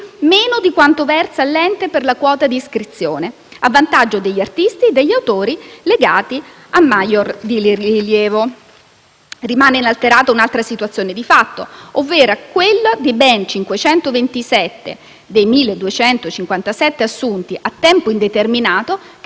meno di quanto versa all'ente per la quota di iscrizione, a vantaggio degli artisti e degli autori legati a *major* di rilievo. Rimane inalterata un'altra situazione di fatto, ovvero quella dei ben 527 dei 1.257 assunti a tempo indeterminato che